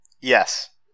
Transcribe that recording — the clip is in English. Yes